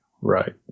right